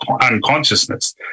unconsciousness